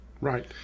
right